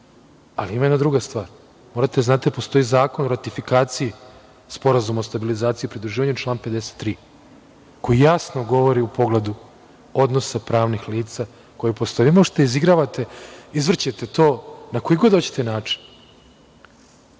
Ali, ima jedna druga stvar, morate da znate da postoji Zakon o ratifikaciji sporazuma o stabilizaciji i pridruživanju član 53. koji jasno govori u pogledu odnosa pravnih lica koja postoje. Sad vi možete da izigravate, izvrćete to na koji god hoćete način,